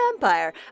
vampire